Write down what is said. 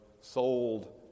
sold